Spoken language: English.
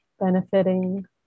benefiting